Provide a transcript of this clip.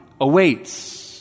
awaits